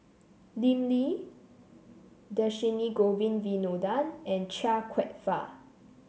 Lim Lee Dhershini Govin Winodan and Chia Kwek Fah